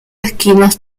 esquinas